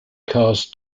cars